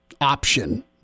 option